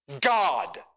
God